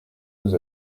nous